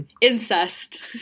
incest